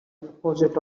opposite